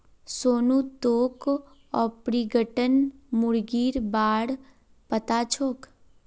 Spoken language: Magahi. सोनू तोक ऑर्पिंगटन मुर्गीर बा र पता छोक